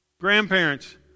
Grandparents